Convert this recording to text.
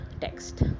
text